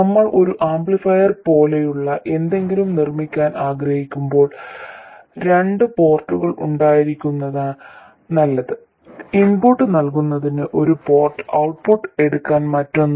നമ്മൾ ഒരു ആംപ്ലിഫയർ പോലെയുള്ള എന്തെങ്കിലും നിർമ്മിക്കാൻ ആഗ്രഹിക്കുമ്പോൾ രണ്ട് പോർട്ടുകൾ ഉണ്ടായിരിക്കുന്നതാണ് നല്ലത് ഇൻപുട്ട് നൽകുന്നതിന് ഒരു പോർട്ട് ഔട്ട്പുട്ട് എടുക്കാൻ മറ്റൊന്ന്